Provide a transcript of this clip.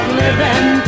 living